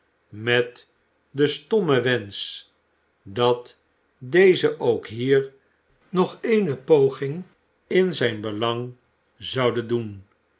met den stommen wensch dat deze ook hier nog eene poging in zijn belang zoude doen